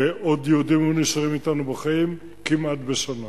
ועוד יהודים היו נשארים אתנו בחיים, כמעט בשנה.